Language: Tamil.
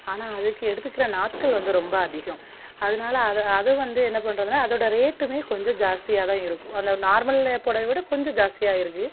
ஆனால் அதுக்கு எடுத்துக்கிற நாட்கள் வந்து ரொம்ப அதிகம் அதனால அதை அது வந்து என்ன பண்றதுன்னால் அதோடய ரேட்டுமே கொஞ்சம் ஜாஸ்தியாக தான் இருக்கும் அந்த நார்மல் புடவைய விட கொஞ்சம் ஜாஸ்தியாக இருக்குது